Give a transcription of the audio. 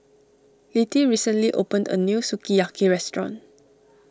Littie recently opened a new Sukiyaki restaurant